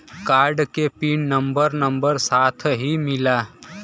Card के pin number number साथही मिला?